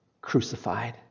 Crucified